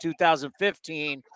2015